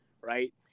right